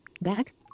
Back